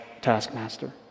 taskmaster